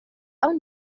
own